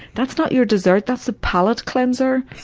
that's not your dessert that's a palate cleanser.